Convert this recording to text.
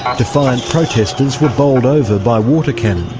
defiant protesters were bowled over by water cannon.